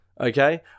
okay